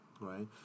right